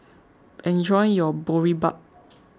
enjoy your Boribap